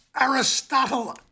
Aristotle